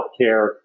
healthcare